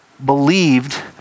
believed